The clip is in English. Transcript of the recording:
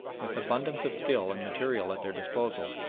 with abundance of skill and material at their disposal,